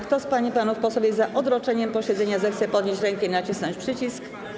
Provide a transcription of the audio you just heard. Kto z pań i panów posłów jest za odroczeniem posiedzenia, zechce podnieść rękę i nacisnąć przycisk.